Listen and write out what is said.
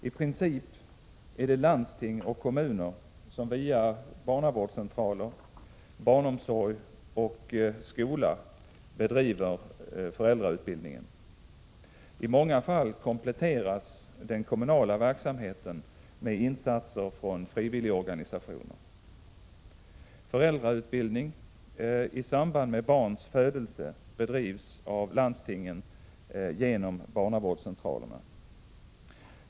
I princip är det landsting och kommuner som via barnavårdscentraler, barnomsorg och skola bedriver föräldrautbildning. I många fall kompletteras den kommunala verksamheten med insatser från frivilligorganisationer. Föräldrautbildning i samband med barns födelse bedrivs av landstingen genom barnavårdscentralerna.